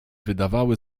wydawały